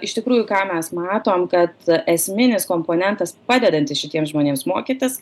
iš tikrųjų ką mes matom kad esminis komponentas padedantis šitiems žmonėms mokytis